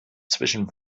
zwischen